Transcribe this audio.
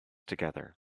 together